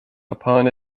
upon